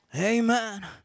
Amen